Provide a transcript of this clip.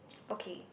okay